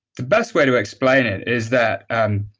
the best way to explain it is that and